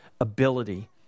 ability